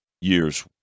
year's